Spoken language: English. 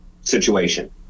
situation